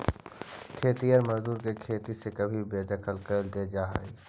खेतिहर मजदूर के खेती से कभी भी बेदखल कैल दे जा हई